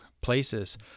places